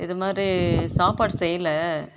இது மாதிரி சாப்பாடு செய்யலை